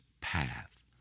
path